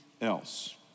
else